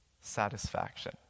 satisfaction